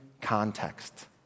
context